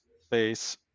space